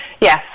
Yes